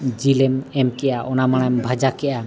ᱡᱤᱞᱮᱢ ᱮᱢ ᱠᱮᱫᱼᱟ ᱚᱱᱟ ᱢᱟᱲᱟᱝᱮᱢ ᱵᱷᱟᱡᱟ ᱠᱮᱫᱼᱟ